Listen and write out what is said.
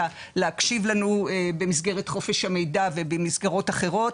להקשיב לנו במסגרת חופש המידע ובמסגרות אחרות,